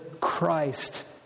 Christ